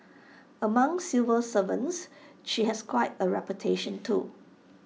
among civil servants she has quite A reputation too